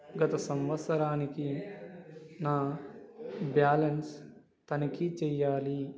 గత సంవత్సరానికి నా బ్యాలెన్స్ తనిఖీ చెయ్యాలి